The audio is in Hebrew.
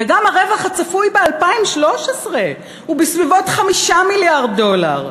גם הרווח הצפוי ב-2013 הוא בסביבות 5 מיליארד דולר.